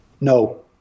No